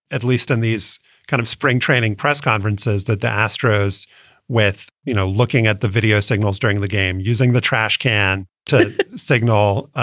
at least in these kind of spring training press conferences that the astros with, you know, looking at the video signals during the game using the trash can to signal,